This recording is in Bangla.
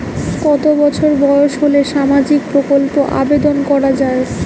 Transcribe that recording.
কত বছর বয়স হলে সামাজিক প্রকল্পর আবেদন করযাবে?